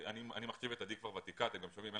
אני מחשיב את עדי ותיקה ואתם גם שומעים את העברית